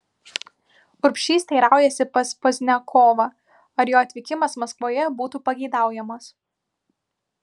urbšys teiraujasi pas pozniakovą ar jo atvykimas maskvoje būtų pageidaujamas